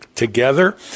together